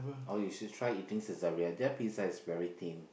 oh you should try eating Saizeriya their pizza is very thin